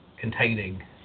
containing